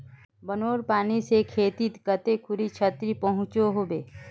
बानेर पानी से खेतीत कते खुरी क्षति पहुँचो होबे?